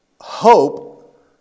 hope